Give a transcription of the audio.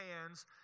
hands